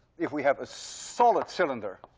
if we have a solid cylinder,